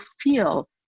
feel